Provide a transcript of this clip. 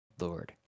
Lord